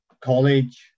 college